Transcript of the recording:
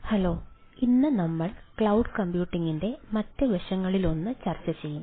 hello ഇന്ന് നമ്മൾ cloud കമ്പ്യൂട്ടിംഗിന്റെ മറ്റ് വശങ്ങളിലൊന്ന് ചർച്ച ചെയ്യും